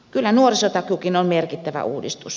kyllä nuorisotakuukin on merkittävä uudistus